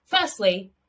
firstly